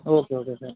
okay okay sir